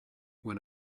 when